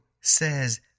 says